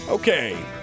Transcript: Okay